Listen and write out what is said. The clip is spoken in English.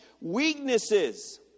weaknesses